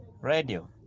Radio